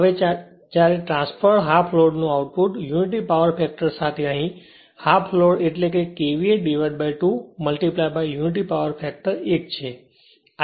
હવે જ્યારે transferred half લોડનું આઉટપુટ યુનિટી પાવર ફેક્ટર સાથે અહી હાફ લોડ એટલે KVA 2 યુનિટી પાવર ફેક્ટર 1 છે